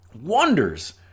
wonders